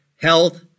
health